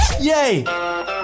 Yay